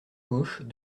gauche